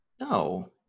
No